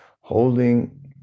holding